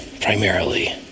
primarily